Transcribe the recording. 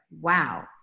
wow